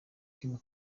kim